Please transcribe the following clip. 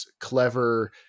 clever